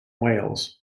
wales